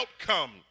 outcome